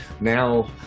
now